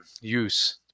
use